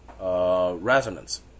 resonance